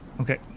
okay